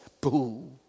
Boo